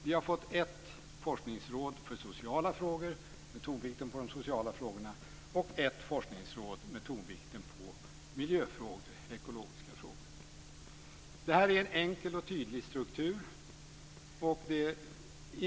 Vi har fått ett forskningsråd med tonvikten på de sociala frågorna och ett forskningsråd med tonvikten på miljöfrågor, ekologiska frågor. Det är en enkel och tydlig struktur.